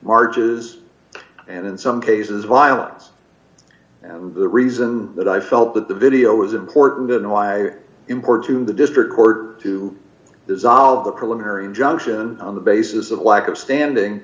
marches and in some cases violence and the reason that i felt that the video was important and why import to the district court to dissolve the preliminary injunction on the basis of lack of standing